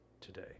today